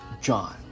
John